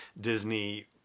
Disney